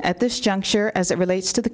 at this juncture as it relates to the